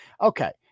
okay